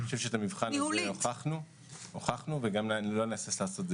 אני חושב שאת המבחן הזה הוכנו לא נהסס לעשות את